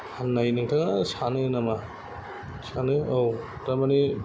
होन्ना नोंथाङा सानो नामा सानो औ तारमाने